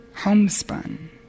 homespun